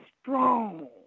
strong